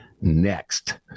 next